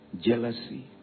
jealousy